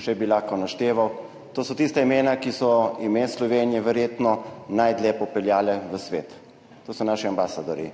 še bi lahko našteval, to so tista imena, ki so ime Slovenije popeljala verjetno najdlje v svet. To so naši ambasadorji.